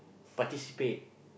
participate